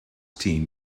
teams